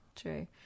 true